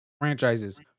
franchises